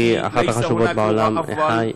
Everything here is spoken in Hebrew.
שהיא אחת החשובות בעולם.